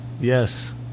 yes